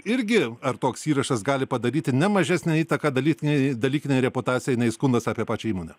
irgi ar toks įrašas gali padaryti ne mažesnę įtaką dalykinei dalykinei reputacijai nei skundas apie pačią įmonę